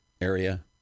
Area